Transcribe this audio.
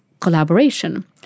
collaboration